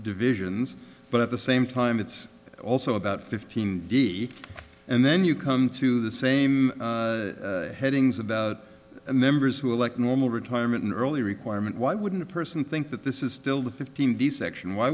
divisions but at the same time it's also about fifteen v and then you come to the same headings about members who elect normal retirement in early requirement why wouldn't a person think that this is still the fifteen d section why